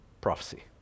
prophecy